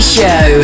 Show